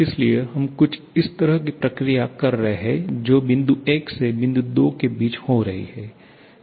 इसलिए हम कुछ इस तरह की प्रक्रिया कर रहे हैं जो बिंदु १ से बिंदु २ के बिच हो रही है